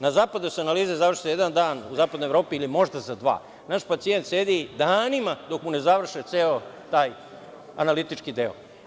Na zapadu se analize završe za jedan dan, u Zapadnoj Evropi ili možda za dva, naš pacijent sedi danima dok, mu ne završe ceo taj analitički deo.